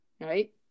right